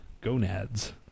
gonads